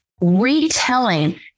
retelling